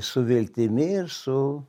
su viltimi ir su